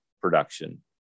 production